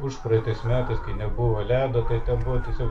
užpraeitais metais kai nebuvo ledo kai ten buvo tiesiog